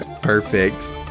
perfect